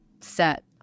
set